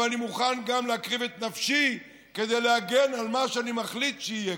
אבל אני מוכן גם להקריב את נפשי כדי להגן על מה שאני מחליט שיהיה כאן.